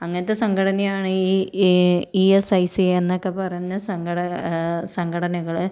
അങ്ങനത്തെ സംഘടനയാണ് ഈ ഇ എസ് ഐ സി എന്നൊക്കെ പറഞ്ഞ സംഘടന സംഘടനകൾ